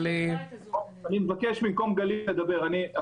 אדוני היושב-ראש,